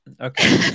Okay